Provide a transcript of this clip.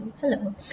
hello